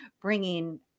bringing